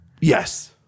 Yes